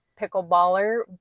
pickleballer